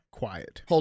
Quiet